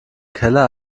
keller